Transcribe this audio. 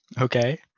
Okay